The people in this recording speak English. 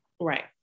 Right